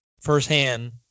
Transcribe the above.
firsthand